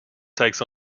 takes